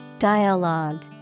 Dialogue